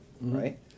right